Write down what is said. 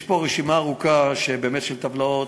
יש פה רשימה ארוכה באמת של טבלאות.